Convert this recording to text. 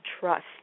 trust